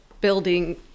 building